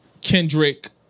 Kendrick